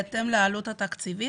בהתאם לעלות התקציבית.